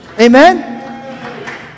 Amen